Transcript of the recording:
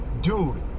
dude